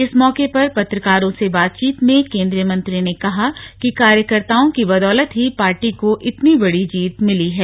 इस मौके पर पत्रकारों से बातचीत में केंद्रीय मंत्री ने कहा कि कार्यकर्ताओं की बदौलत ही पार्टी को इतनी बड़ी जीत मिली है